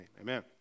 Amen